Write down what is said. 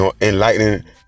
Enlightening